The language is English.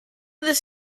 this